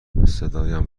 صدایم